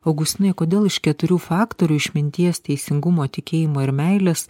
augustinai kodėl iš keturių faktorių išminties teisingumo tikėjimo ir meilės